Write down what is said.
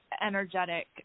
energetic